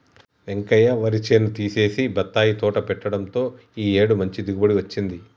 వెంకయ్య వరి చేను తీసేసి బత్తాయి తోట పెట్టడంతో ఈ ఏడు మంచి దిగుబడి వచ్చింది